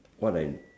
what I